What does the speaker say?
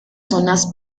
zonas